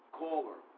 caller